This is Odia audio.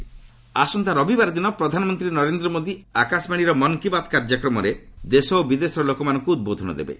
ମନ୍ କୀ ବାତ୍ ଆସନ୍ତା ରବିବାର ଦିନ ପ୍ରଧାନମନ୍ତ୍ରୀ ନରେନ୍ଦ୍ର ମୋଦୀ ଆକାଶବାଣୀର ମନ୍ କୀ ବାତ୍ କାର୍ଯ୍ୟକ୍ରମରେ ଦେଶ ଓ ବିଦେଶର ଲୋକମାନଙ୍କୁ ଉଦ୍ବୋଧନ ଦେବେ